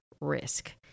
risk